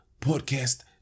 Podcast